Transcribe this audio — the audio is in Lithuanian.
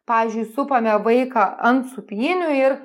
pavyzdžiui supame vaiką ant sūpynių ir